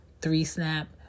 three-snap